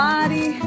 Body